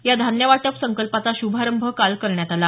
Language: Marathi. या धान्य वाटप संकल्पाचा श्रभारंभ काल करण्यात आला